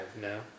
no